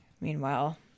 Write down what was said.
Meanwhile